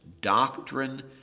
doctrine